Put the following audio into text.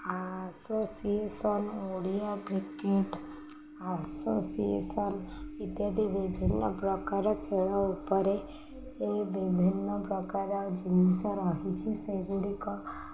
association Odia cricket association ଇତ୍ୟାଦି ବିଭିନ୍ନପ୍ରକାର ଖେଳ ଉପରେ ଏ ବିଭିନ୍ନପ୍ରକାର ଜିନିଷ ରହିଛି ସେଗୁଡ଼ିକ